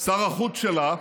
שר החוץ שלה,